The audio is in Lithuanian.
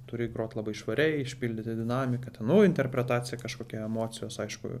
turi grot labai švariai išpildyti dinamiką ten nu interpretacija kažkokia emocijos aišku